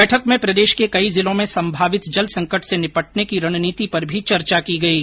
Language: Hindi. बैठक में प्रदेश के कई जिलों में संभावित जल संकट से निपटने की रणनीति पर भी चर्चा की गयी